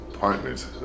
Partners